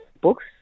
books